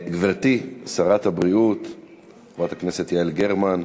גברתי שרת הבריאות חברת הכנסת יעל גרמן,